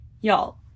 Y'all